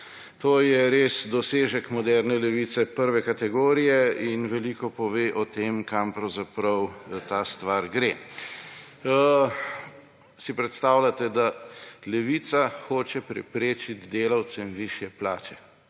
To je res dosežek moderne levice prve kategorije in veliko pove o tem, kam pravzaprav ta stvar gre. Si predstavljate, da Levica hoče preprečiti delavcem višje plače,